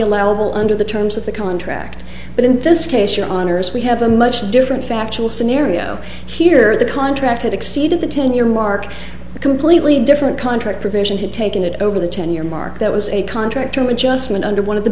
allowable under the terms of the contract but in this case your honor as we have a much different factual scenario here the contract had exceeded the ten year mark a completely different contract provision had taken it over the ten year mark that was a contractor and just went under one of the